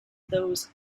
those